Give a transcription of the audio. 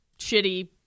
shitty